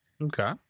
Okay